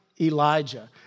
Elijah